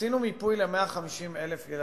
עשינו מיפוי ל-150,000 ילדים,